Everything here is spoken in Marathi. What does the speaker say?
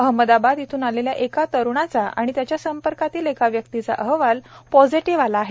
अहमदाबाद इथून आलेल्या एका तरुणाचा आणि त्याच्या संपर्कतील एका व्यक्तीचा अहवाल पोजेटिव्ह आल आहे